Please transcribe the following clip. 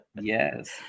Yes